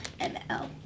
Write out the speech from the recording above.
ML